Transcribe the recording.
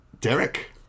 Derek